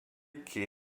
que